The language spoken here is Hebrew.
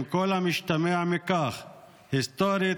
עם כל המשתמע מכך היסטורית,